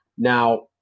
Now